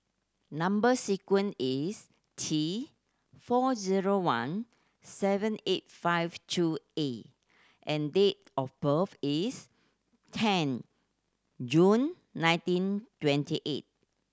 number sequence is T four zero one seven eight five two A and date of birth is ten June nineteen twenty eight